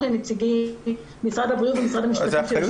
לנציגי משרד הבריאות ומשרד המשפטים.